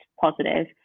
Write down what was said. positive